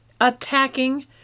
attacking